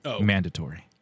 mandatory